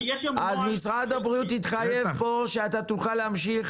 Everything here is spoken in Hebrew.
יש לנו נוהל --- אז משרד הבריאות התחייב פה שאתה תוכל להמשיך